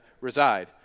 reside